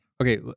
Okay